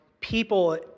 people